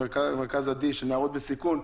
"מרכז עדי" של נערות בסיכון,